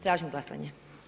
Tražim glasanje.